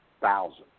thousands